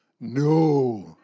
No